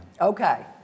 Okay